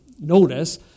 notice